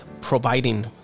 providing